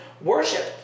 worship